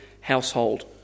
household